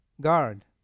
guard